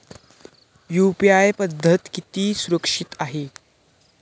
UPI पद्धत किती सुरक्षित आहे?